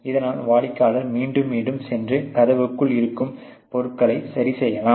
இதனால் வாடிக்கையாளர் மீண்டும் மீண்டும் சென்று கதவுக்குள் இருக்கும் பொருட்களை சரிசெய்யலாம்